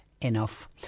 enough